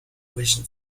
vision